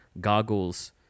goggles